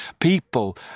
people